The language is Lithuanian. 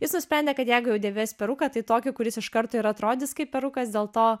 jis nusprendė kad jeigu jau dėvės peruką tai tokį kuris iš karto ir atrodys kaip perukas dėl to